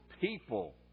people